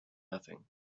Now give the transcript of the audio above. nothing